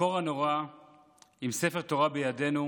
בקור הנורא עם ספר תורה בידנו,